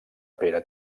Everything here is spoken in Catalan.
pere